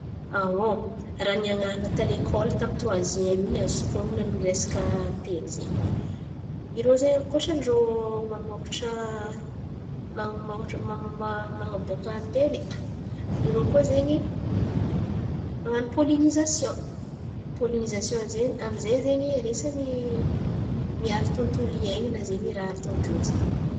Raha nianarana tà lekole tami'n̈y troiziem in̈y azoko hon̈ono amy ny resaka antely zay, irô zen̈y ankôtran'irô mamokatra, man̈aboaka antely, irô koa zen̈y man̈ano polinization. Poliniation zen̈y ami'zay zen̈y anisan̈y miaro tontolo iain̈ana zen̈y raha ataon̈irô zen̈y.